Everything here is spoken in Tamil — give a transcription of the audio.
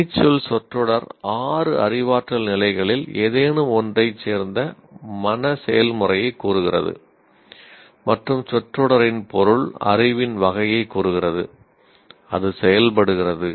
வினைச்சொல் சொற்றொடர் 6 அறிவாற்றல் நிலைகளில் ஏதேனும் ஒன்றைச் சேர்ந்த மன செயல்முறையைக் கூறுகிறது மற்றும் சொற்றொடரின் பொருள் அறிவின் வகையைக் கூறுகிறது அது செயல்படுகிறது